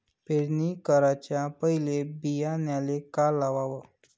पेरणी कराच्या पयले बियान्याले का लावाव?